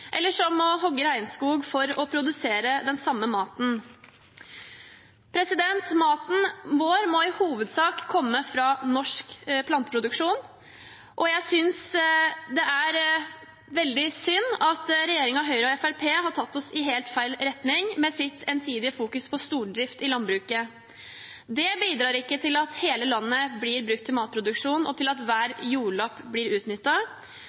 eller som må hogge regnskog for å produsere den samme maten. Maten vår må i hovedsak komme fra norsk planteproduksjon, og jeg synes det er veldig synd at regjeringen, med Høyre og Fremskrittspartiet, har tatt oss i feil retning med sin ensidige vekt på stordrift i landbruket. Det bidrar ikke til at hele landet blir brukt til matproduksjon, og til at hver jordlapp blir